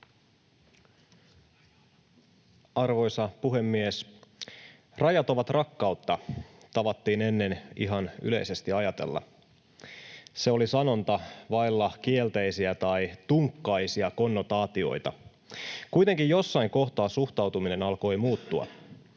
Arvoisa puhemies! ”Rajat ovat rakkautta” tavattiin ennen ihan yleisesti ajatella. Se oli sanonta vailla kielteisiä tai tunkkaisia konnotaatioita. Kuitenkin jossain kohtaa suhtautuminen alkoi muuttua.